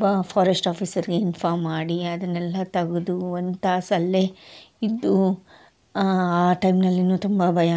ಬಾ ಫಾರೆಸ್ಟ್ ಆಫೀಸರ್ಗೆ ಇನ್ಫೋಮ್ ಮಾಡಿ ಅದನ್ನೆಲ್ಲ ತೆಗ್ದು ಒಂದು ತಾಸು ಅಲ್ಲೇ ಇದ್ದು ಆ ಟೈಮ್ನಲ್ಲಿನು ತುಂಬಾ ಭಯ